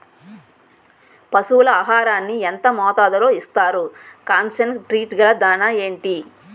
పశువుల ఆహారాన్ని యెంత మోతాదులో ఇస్తారు? కాన్సన్ ట్రీట్ గల దాణ ఏంటి?